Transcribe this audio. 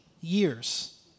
years